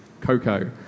Coco